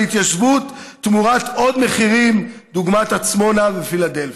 התיישבות תמורת עוד מחירים דוגמת עצמונה ופילדלפי.